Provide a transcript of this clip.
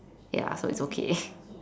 ya so it's okay